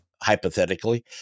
hypothetically